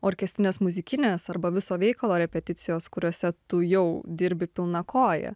orkestrinės muzikinės arba viso veikalo repeticijos kuriose tu jau dirbi pilna koja